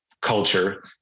culture